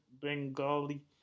Bengali